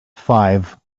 five